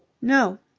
no.